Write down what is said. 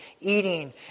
eating